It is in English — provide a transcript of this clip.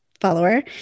follower